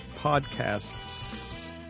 podcasts